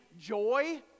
joy